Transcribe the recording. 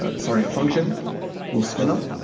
ah sorry. a function will spin up,